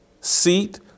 seat